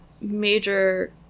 major